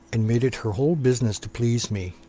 and made it her whole business to please me.